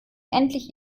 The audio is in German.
endlich